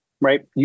right